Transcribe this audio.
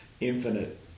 infinite